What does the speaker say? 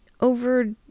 over